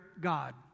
God